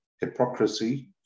hypocrisy